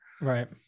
Right